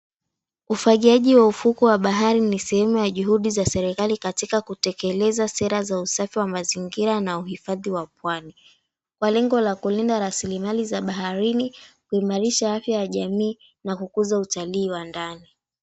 Ufagiaji wa ufukwe wa bahari ni sehemu ya juhudi za serikali katika kutekeleza sera za usafi wa mazingira na uhifadhi wa pwani, kwa lengo la kulinda raslimali za baharini, kuimarisha afya ya jamii na kukuza utalii wa ndani.